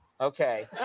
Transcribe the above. Okay